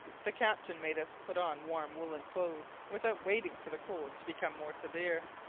the captain made us put on warm woollen clothes without waiting for the cold to become more severe.